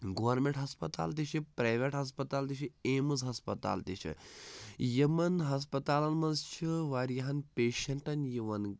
government ہَسپَتال تہِ چھِ پرٛایویٹ ہَسپَتال تہِ چھِ ایمٕز ہَسپَتال تہِ چھِ یِمَن ہَسپَتالَن منٛز چھِ واریاہَن پیشَنٛٹَن یِوان